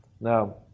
Now